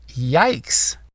Yikes